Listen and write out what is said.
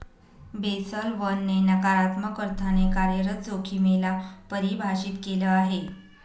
Basel one ने नकारात्मक अर्थाने कार्यरत जोखिमे ला परिभाषित केलं आहे